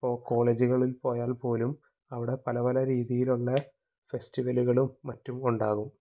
ഇപ്പോൾ കോളേജുകളിൽ പോയാൽ പോലും അവിടെ പലപല രീതിയിലുള്ളെ ഫെസ്റ്റിവലുകളും മറ്റും ഉണ്ടാകും